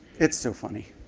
it's so funny.